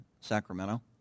Sacramento